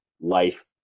life